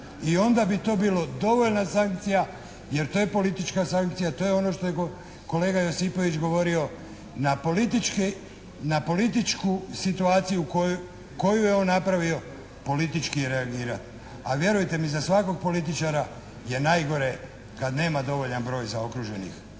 I onda bi to bilo dovoljna sankcija jer to je politička sankcija, to je ono što je kolega Josipović govorio, na političku situaciju koju je on napravio, politički reagira. A vjerujte mi za svakog političara je najgore kad nema dovoljan broj zaokruženih